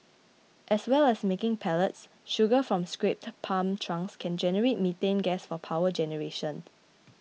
as well as making pellets sugar from scrapped palm trunks can generate methane gas for power generation